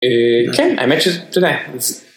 אאא....כן האמת שזה.. אתה יודע